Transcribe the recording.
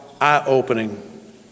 eye-opening